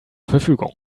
verfügung